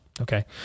Okay